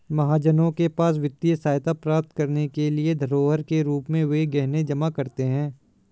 महाजनों के पास वित्तीय सहायता प्राप्त करने के लिए धरोहर के रूप में वे गहने जमा करते थे